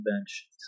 bench